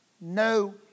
no